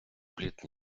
пліт